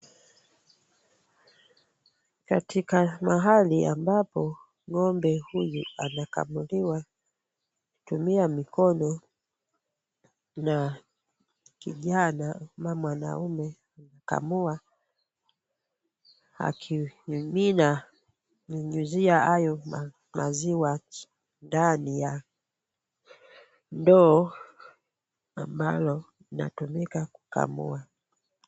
Katika mahali ambapo ng'ombe huyu anakamuliwa kutumia mikono na kijana ama mwanamume, anakamua akimimina kunyunyuzia hayo maziwa ndani ya ndoo ambayo inatumika kukamua.